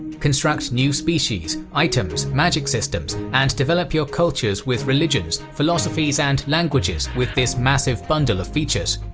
construct new species, items, magic systems, and develop your cultures with religions, philosophies, and languages with this massive bundle of features.